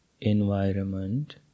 environment